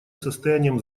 состоянием